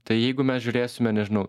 tai jeigu mes žiūrėsime nežinau